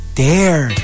dare